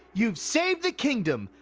you've saved the kingdom.